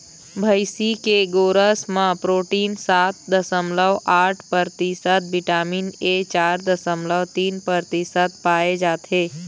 भइसी के गोरस म प्रोटीन सात दसमलव आठ परतिसत, बिटामिन ए चार दसमलव तीन परतिसत पाए जाथे